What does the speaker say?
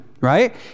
right